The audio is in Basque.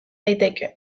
daiteke